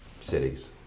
cities